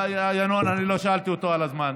לא שאלתי את ינון על הזמן.